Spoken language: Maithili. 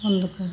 बन्द करु